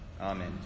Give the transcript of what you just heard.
Amen